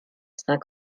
saint